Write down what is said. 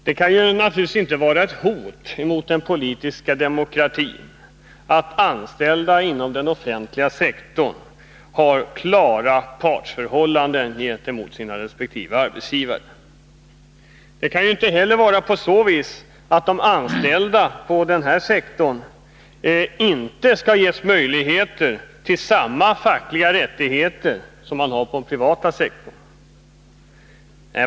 Det kan naturligtvis inte vara ett hot mot den politiska demokratin att anställda inom den offentliga sektorn har klara partsförhållanden gentemot sina respektive arbetsgivare. Det kan heller inte vara så, att de anställda inom den sektorn inte skall ges möjligheter till samma fackliga rättigheter som de skulle ha på den privata sektorn.